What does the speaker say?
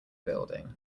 building